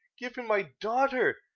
give him my daughter,